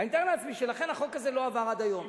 אני מתאר לעצמי שלכן החוק הזה לא עבר עד היום.